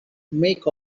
make